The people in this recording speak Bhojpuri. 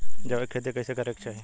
जैविक खेती कइसे करे के चाही?